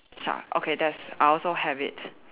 shark okay there's I also have it